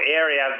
area